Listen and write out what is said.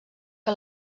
que